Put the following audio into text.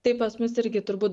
tai pas mus irgi turbūt